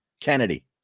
Kennedy